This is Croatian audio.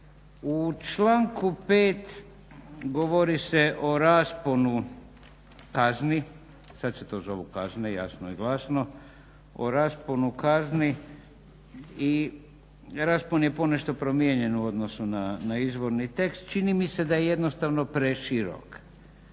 U članku 5.govori se o rasponu kazni sada se to zovu kazne jasno i glasno, o rasponu kazni i raspon je ponešto promijenjen u odnosu na izvorni tekst. Čini mi se da jednostavno preširok.